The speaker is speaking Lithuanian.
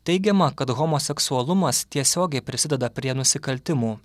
teigiama kad homoseksualumas tiesiogiai prisideda prie nusikaltimų